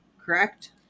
correct